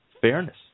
fairness